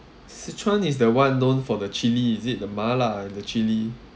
sichuan is the one known for the chili is it the mala and the chili